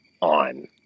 on